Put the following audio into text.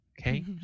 Okay